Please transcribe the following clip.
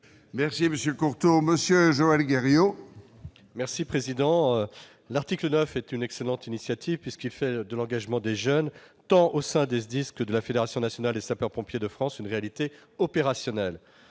parole est à M. Joël Guerriau, sur l'article. L'article 9 est une excellente initiative, puisqu'il fait de l'engagement des jeunes, tant au sein des SDIS que de la Fédération nationale des sapeurs-pompiers de France, une réalité opérationnelle.